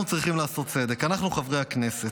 אנחנו צריכים לעשות צדק, אנחנו, חברי הכנסת.